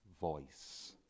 voice